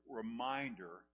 reminder